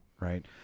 Right